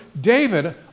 David